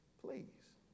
Please